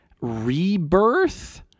rebirth